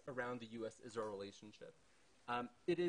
צרפת,